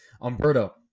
Umberto